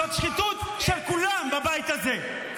זו שחיתות של כולם בבית הזה,